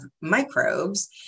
microbes